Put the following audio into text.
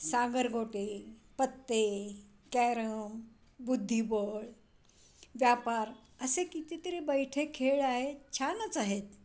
सागरगोटे पत्ते कॅरम बुद्धिबळ व्यापार असे कितीतरी बैठे खेळ आहेत छानच आहेत